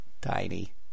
Tiny